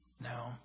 No